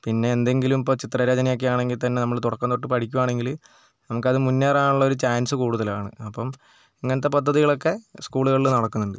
പിന്നെ എന്തെങ്കിലും ഇപ്പോൾ ചിത്രരചന ഒക്കെ ആണെങ്കിൽ തന്നെ നമ്മൾ തുടക്കം തൊട്ട് പഠിക്കുകയാണെങ്കിൽ നമുക്കത് മുന്നേറാനുള്ളൊരു ചാൻസ് കൂടുതലാണ് അപ്പം ഇങ്ങനത്തെ പദ്ധതികളൊക്കെ സ്കൂളുകളിൽ നടക്കുന്നുണ്ട്